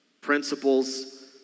Principles